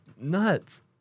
nuts